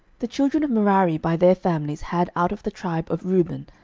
the children of merari by their families had out of the tribe of reuben,